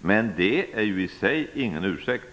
Men det är ju i sig ingen ursäkt.